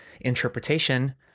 interpretation